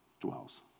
dwells